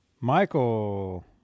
Michael